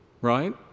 right